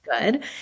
good